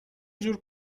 جور